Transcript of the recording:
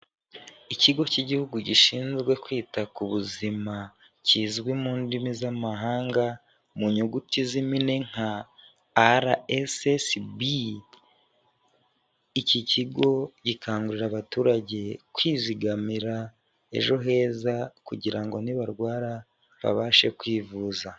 Ikigo cy' igihugu gishinzwe kwita ku buzima kizwi mu ndimi z'amahanga mu nyuguti z'impine nka RSSB, iki kigo gikangurira abaturage kwizigamira ejo heza kugira ngo nibarwara babashe kwivuza.